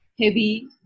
heavy